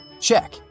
check